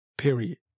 Period